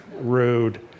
rude